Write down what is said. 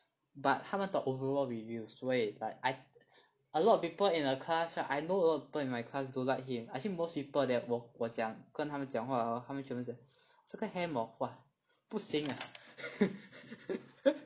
but 他们懂 overall review 所以 like I a lot of people in the class right I know people in my class don't like him I think most people 我讲跟他们讲话 hor 他们全部是这个 ham hor !wah! 不行 uh